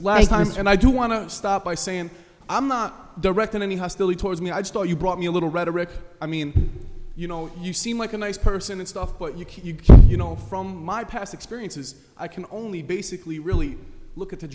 last time and i do want to stop by saying i'm not directing any hostility towards me i just thought you brought me a little rhetoric i mean you know you seem like a nice person and stuff but you can you know from my past experiences i can only basically really look at the